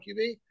QB